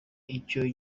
icyo